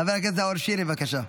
חבר הכנסת נאור שירי, בבקשה.